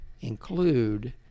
include